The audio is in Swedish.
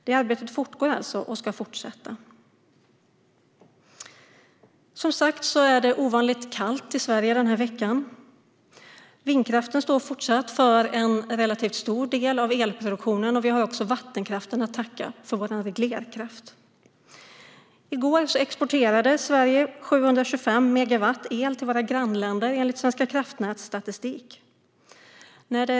Det arbetet fortgår alltså och ska fortsätta. Det är som sagt ovanligt kallt i Sverige den här veckan. Vindkraften står fortsatt för en relativt stor del av elproduktionen, och vi har också vattenkraften att tacka för vår reglerkraft. I går exporterade Sverige 725 megawatt el till våra grannländer enligt Svenska kraftnäts statistik.